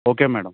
okay madam